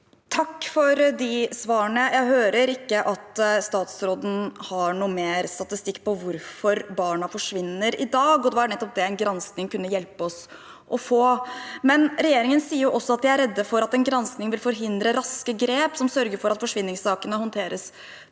Takk for de svarene. Jeg hører ikke at statsråden har noe mer statistikk på hvorfor barna forsvinner i dag, og det var nettopp det en gransking kunne hjelpe oss med å få. Regjeringen sier også at de er redd for at en gransking vil forhindre raske grep som sørger for at forsvinningssakene håndteres på en